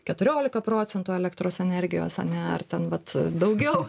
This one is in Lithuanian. keturiolika procentų elektros energijos ane ar ten vat daugiau